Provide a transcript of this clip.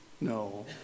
No